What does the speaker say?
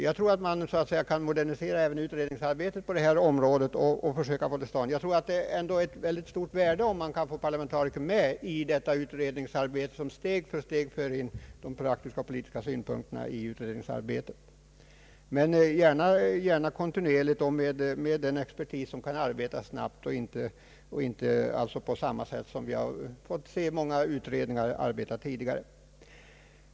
Jag tror man kan modernisera även utredningsarbetet på detta område så att man uppnår större effektivitet, men jag tror också att det är av stort värde om man kan få parlamentariker med i detta utredningsarbete, som steg för steg för in de praktiska och politiska synpunkterna i utredningen, men gärna också sådan expertis som gör att utredningen kan arbeta snabbt och inte på samma sätt som vi fått se många utredningar arbeta tidigare.